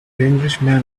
englishman